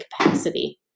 capacity